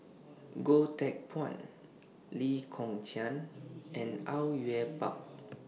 Goh Teck Phuan Lee Kong Chian and Au Yue Pak